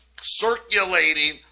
circulating